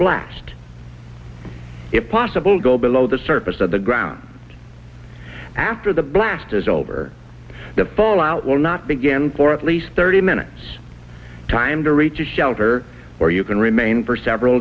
blast if possible go below the surface of the ground after the blast is over the fallout will not begin for at least thirty minutes time to reach a shelter where you can remain for several